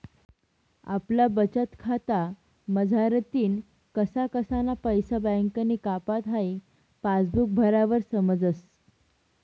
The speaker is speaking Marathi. आपला बचतखाता मझारतीन कसा कसाना पैसा बँकनी कापात हाई पासबुक भरावर समजस